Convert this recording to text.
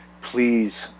please